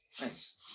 Nice